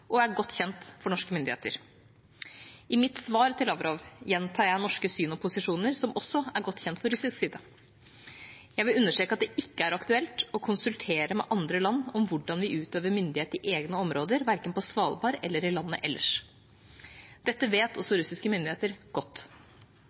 og er godt kjent for norske myndigheter. I mitt svar gjentar jeg norske syn og posisjoner som også er godt kjent for russisk side. Jeg vil understreke at det ikke er aktuelt å konsultere med andre land om hvordan vi utøver myndighet i egne områder, verken på Svalbard eller i landet ellers. Dette vet også